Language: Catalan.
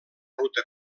ruta